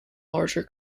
larger